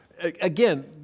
again